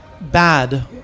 bad